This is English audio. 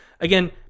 Again